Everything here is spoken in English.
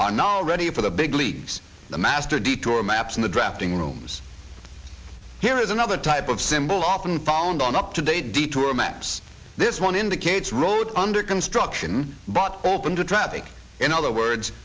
are now ready for the big leagues the master detour maps in the drafting rooms here is another type of symbol often found on up today detour maps this one indicates road under construction but open to traffic in other words